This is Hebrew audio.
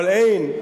אבל אין,